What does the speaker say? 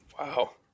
Wow